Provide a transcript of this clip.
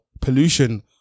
pollution